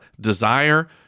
desire